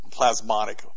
plasmonic